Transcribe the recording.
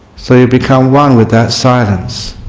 so you become one with that silence.